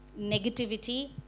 negativity